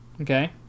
Okay